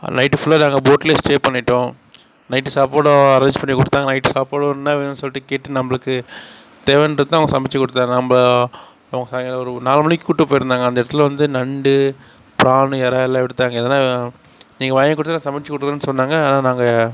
night ஃபுல்லாக நாங்கள் போட்டில் ஸ்டே பண்ணிவிட்டோம் நைட்டு சாப்பாடும் அரேஞ்ச் பண்ணிக் கொடுத்தாங்க நைட் சாப்பாடும் என்ன வேணுன்னு சொல்லிட்டு கேட்டு நம்மளுக்கு தேவையானதைத்தான் அவங்க சமைச்சிக் கொடுத்தா நம்ம நம்ம சாயங்காலம் ஒரு நாலு மணிக்கு கூட்டு போயிருந்தாங்க அந்த இடத்துல வந்து நண்டு பிரான்னு இறா எல்லாம் எடுத்தாங்க எதனா நீங்க வாங்கி கொடுத்தா நான் சமைச்சிக் கொடுத்து தரேன்னு சொன்னாங்க ஆனால் நாங்கள்